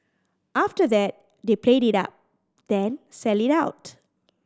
after that they play it up then sell it out